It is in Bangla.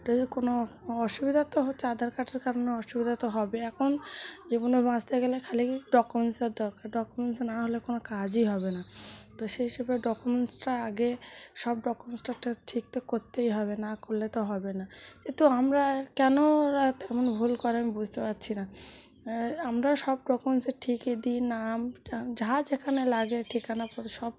যদি কোনো অসুবিধা তো হচ্ছে আধার কার্ডের কারণে অসুবিধা তো হবে এখন জীবনে বাঁচতে গেলে খালি ডকুমেন্টসের দরকার ডকুমেন্টস না হলে কোনো কাজই হবে না তো সেই হিসেবে ডকুমেন্টসটা আগে সব ডকুমেন্টস তো একটা ঠিক তো করতেই হবে না করলে তো হবে না কিন্তু আমরা কেন ওরা এত এমন ভুল করে আমি বুঝতে পারছি না আমরা সব ডকুমেন্টসই ঠিকই দিই নাম টাম যা যেখানে লাগে ঠিকানাপাতি সব